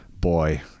Boy